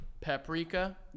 Paprika